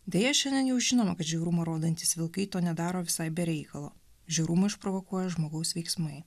deja šiandien jau žinoma kad žiaurumą rodantys vilkai to nedaro visai be reikalo žiaurumą išprovokuoja žmogaus veiksmai